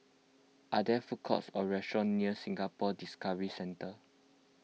are there food courts or restaurants near Singapore Discovery Centre